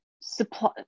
supply